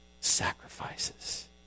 sacrifices